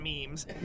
memes